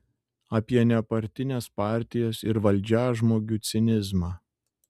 apie nepartines partijas ir valdžiažmogių cinizmą